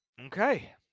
okay